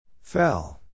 Fell